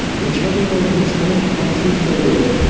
the children were enjoined not to refer to it,